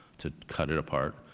to cut it apart.